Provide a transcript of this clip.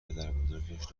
پدربزرگش